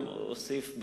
אוסיף,